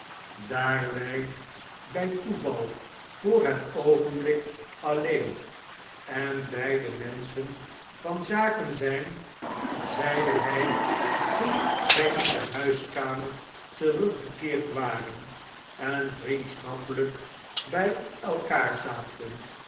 daar wy bij toeval voor het oogenblik alieen en beiden menschen van zaken zijn zeide hij toen zij in de huiskamer teruggekeerd waren en vriendschappelijk bjj elkaar zaten